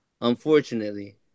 unfortunately